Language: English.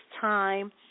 time